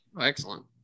excellent